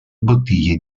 bottiglie